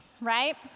right